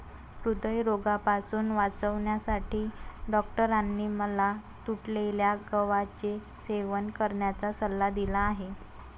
हृदयरोगापासून वाचण्यासाठी डॉक्टरांनी मला तुटलेल्या गव्हाचे सेवन करण्याचा सल्ला दिला आहे